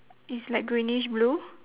is like greenish blue